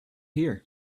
here